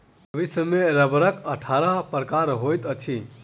विश्व में रबड़क अट्ठारह प्रकार होइत अछि